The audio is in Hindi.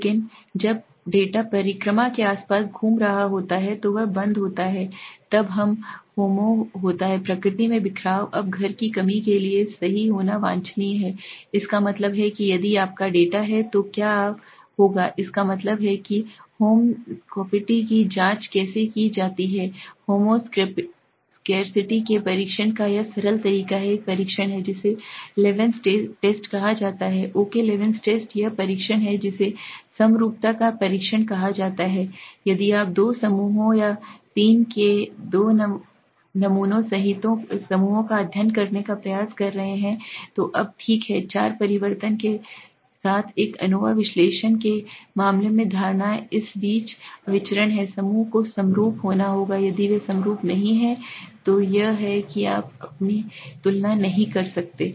लेकिन जब डेटा परिक्रमा के आसपास घूम रहा होता है तो वह बंद होता है तब वह होमो होता है प्रकृति में बिखराव अब घर की कमी के लिए सही होना वांछनीय है इसका मतलब है कि यदि आपका डेटा है तो क्या होगा इसका मतलब है कि होम स्कोपिटी की जांच कैसे की जाती है होमो स्क्रैसिटी के परीक्षण का यह सरल तरीका है एक परीक्षण है जिसे लेवेंस टेस्ट कहा जाता है ओके लेवेंस टेस्ट वह परीक्षण है जिसे समरूपता का परीक्षण कहा जाता है यदि आप दो समूहों या तीन के दो नमूना समूहों का अध्ययन करने का प्रयास कर रहे हैं तो अब ठीक है चार परिवर्तन के एक नोवा विश्लेषण के मामले में धारणा इस बीच विचरण है समूह को समरूप होना होगा यदि वे समरूप नहीं हैं तो यह है कि आप उनकी तुलना नहीं कर सकते हैं